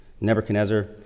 Nebuchadnezzar